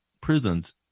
prisons